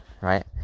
right